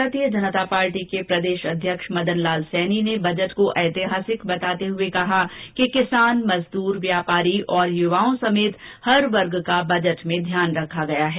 भारतीय जनता पार्टी के प्रदेशाध्यक्ष मदन लाल सैनी ने बजट को ऐतिहासिक बताते हुए कहा कि किसान मजदूर व्यापारी युवाओं समेत हर वर्ग का ध्यान रखा गया है